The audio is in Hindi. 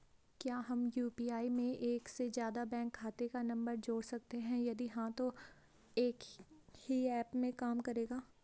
क्या हम यु.पी.आई में एक से ज़्यादा बैंक खाते का नम्बर जोड़ सकते हैं यदि हाँ तो एक ही ऐप में काम करेगा?